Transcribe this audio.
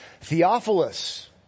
Theophilus